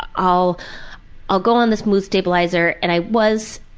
i'll i'll go on this mood stabilizer and i was.